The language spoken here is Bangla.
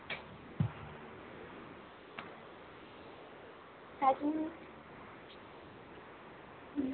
সাড়ে তিন